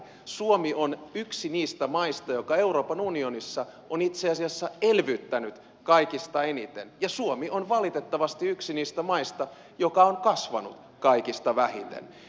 suomi on yksi niistä maista jotka euroopan unionissa ovat itse asiassa elvyttäneet kaikista eniten ja suomi on valitettavasti yksi niistä maista jotka ovat kasvaneet kaikista vähiten